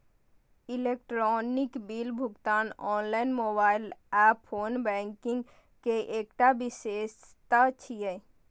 electronic bill भुगतान online, mobile आ phone banking के एकटा विशेषता छियै